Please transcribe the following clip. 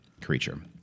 creature